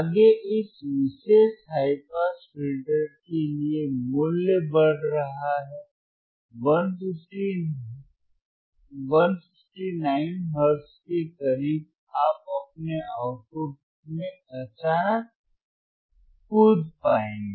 आगे इस विशेष हाई पास फिल्टर के लिए मूल्य बढ़ रहा है 159 हर्ट्ज के करीब आप अपने आउटपुट में अचानक कूद पाएंगे